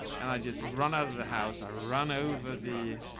and i just run out of the house. i run over the,